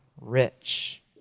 rich